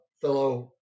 fellow